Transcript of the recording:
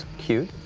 cute,